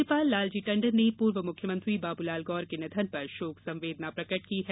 राज्यपाल लालजी टंडन ने पूर्व मुख्यमंत्री बाबूलाल गौर के निधन पर शोक संवेदना प्रकट की है